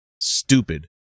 stupid